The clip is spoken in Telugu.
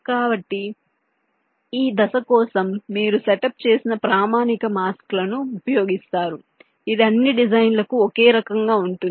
కాబట్టి ఈ దశ కోసం మీరు సెటప్ చేసిన ప్రామాణిక మాస్క్ లను ఉపయోగిస్తారు ఇది అన్ని డిజైన్లకు ఒకే రకంగా ఉంటుంది